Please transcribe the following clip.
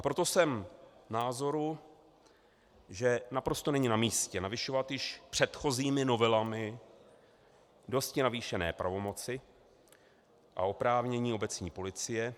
Proto jsem názoru, že naprosto není namístě navyšovat předchozími novelami již dosti navýšené pravomoci a oprávnění obecní policie.